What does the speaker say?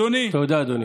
תודה, אדוני.